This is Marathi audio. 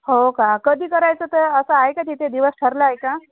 हो का कधी करायचं ते असं आहे का तिथे दिवस ठरला आहे का